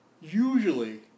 usually